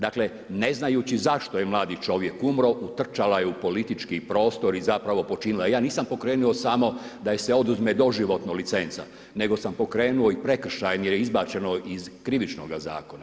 Dakle ne znajući zašto je mladi čovjek umro, utrčala je u politički prostor i zapravo počinila, ja nisam pokrenuo samo da joj se oduzme doživotno licenca, nego sam pokrenuo i prekršaj jer je izbačeno iz krivičnoga zakona.